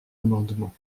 amendement